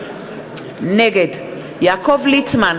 נגד יעקב ליצמן,